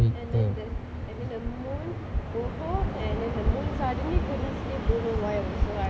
and then there's and then the moon go home and then the moon suddenly couldn't sleep don't know why also